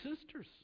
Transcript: sisters